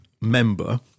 member